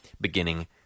beginning